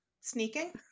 Sneaking